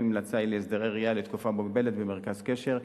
גם אם ההמלצה היא להסדרי ראייה לתקופה מוגבלת במרכז קשר,